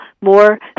more